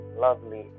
lovely